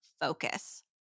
focus